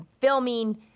filming